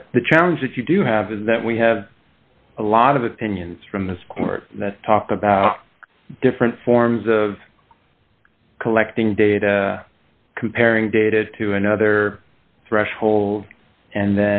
but the challenge if you do have is that we have a lot of opinions from this court that talk about different forms of collecting data comparing data to another threshold and